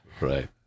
Right